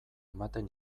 ematen